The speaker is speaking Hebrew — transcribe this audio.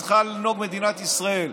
צריכה לנהוג מדינת ישראל.